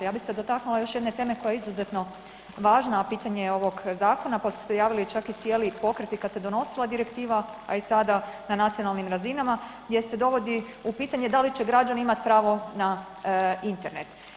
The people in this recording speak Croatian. Ja bih se dotaknula još jedne teme koja je izuzetno važna, a pitanje je ovog zakona pa su se javili čak i cijeli pokreti kad se donosila direktiva a i sada na nacionalnim razinama gdje se dovodi u pitanje da li će građani imati pravo na Internet.